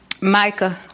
Micah